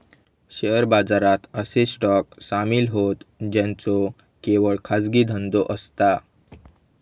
share बाजारात असे stock सामील होतं ज्यांचो केवळ खाजगी धंदो असता